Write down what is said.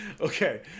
Okay